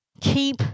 keep